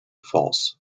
false